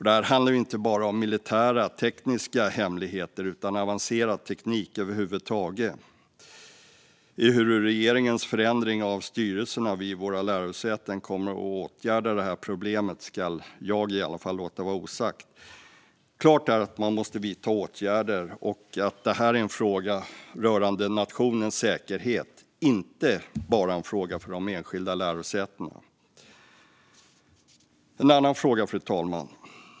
Detta handlar inte bara om militära, tekniska hemligheter utan om avancerad teknik över huvud taget. Om regeringens förändring av styrelserna vid våra lärosäten kommer att åtgärda detta problem ska jag i alla fall låta vara osagt. Klart är att man måste vidta åtgärder och att detta är en fråga rörande nationens säkerhet och inte bara en fråga för de enskilda lärosätena. Fru talman!